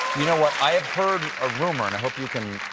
you know what, i have heard a rumor and i hope you can